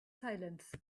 silence